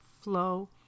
flow